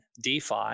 DeFi